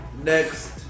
next